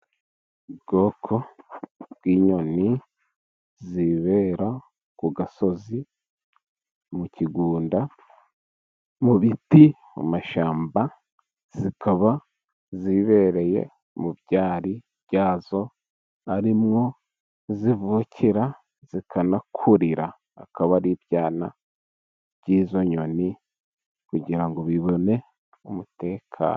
Ubwoko bw'inyoni zibera ku gasozi ,mu kigunda ,mu biti mu mashyamba, zikaba zibereye mu byari byazo arimwo zivukira, zikanakurira, akaba ari ibyana by'izo nyoni kugira ngo bibone umutekano.